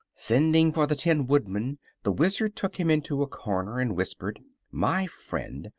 sending for the tin woodman the wizard took him into a corner and whispered my friend,